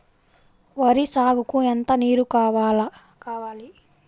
వరి సాగుకు ఎంత నీరు కావాలి?